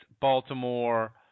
Baltimore